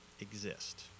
exist